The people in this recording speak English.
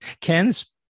Ken's